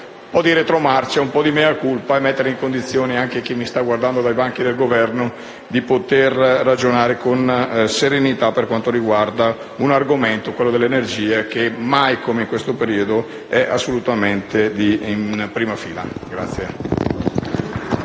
di fare retromarcia e anche un *mea culpa*, mettendo in condizione anche chi mi sta ascoltando dai banchi del Governo di ragionare con serenità per quanto riguarda un argomento, quello delle energie, che mai come in questo periodo è assolutamente di primaria